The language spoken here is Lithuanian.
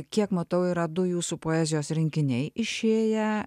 kiek matau yra du jūsų poezijos rinkiniai išėję